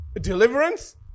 deliverance